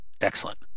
Excellent